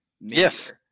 Yes